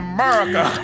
America